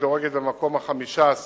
מדינת ישראל מדורגת במקום ה-15